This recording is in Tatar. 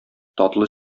татлы